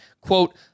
quote